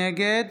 נגד